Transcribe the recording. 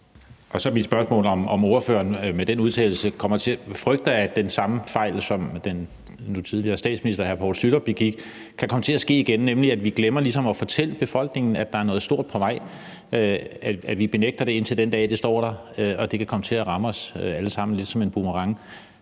Så er mit spørgsmål, om ordføreren med den udtalelse ikke frygter, at den fejl, som den tidligere statsminister Poul Schlüter begik, kan komme til at ske igen, nemlig at vi ligesom glemmer at fortælle befolkningen, at der er noget stort på vej, at vi benægter det, indtil den dag, det står der, og at det vil komme til at ramme os alle sammen som en boomerang.